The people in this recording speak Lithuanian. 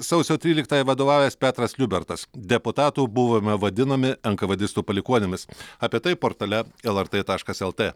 sausio tryliktąją vadovavęs petras liubertas deputatų buvome vadinami enkavėdistų palikuonimis apie tai portale lrt taškas lt